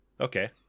Okay